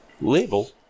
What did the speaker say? label